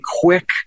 quick